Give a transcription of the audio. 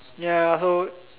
ya so